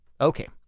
okay